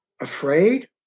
afraid